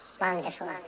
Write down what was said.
wonderful